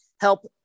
help